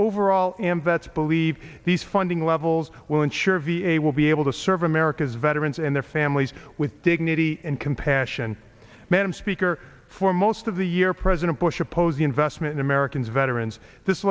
overall and that's believe these funding levels will ensure v a will be able to serve america's veterans and their families with dignity and compassion madam speaker for most of the year president bush oppose the investment in americans veterans this